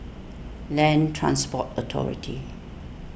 Land Transport Authority